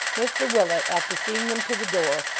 mr willet, after seeing them to the door,